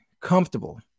comfortable